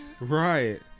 right